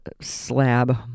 slab